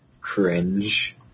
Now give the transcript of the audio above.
cringe